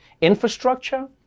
Infrastructure